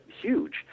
huge